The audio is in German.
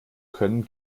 können